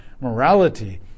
morality